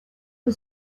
for